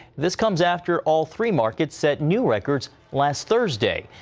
this comes after all three markets set new records last thursday.